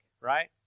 right